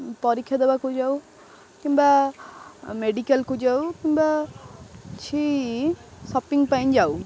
ପରୀକ୍ଷା ଦେବାକୁ ଯାଉ କିମ୍ବା ମେଡ଼ିକାଲକୁ ଯାଉ କିମ୍ବା କିଛି ସପିଂ ପାଇଁ ଯାଉ